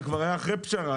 זה כבר היה אחרי פשרה.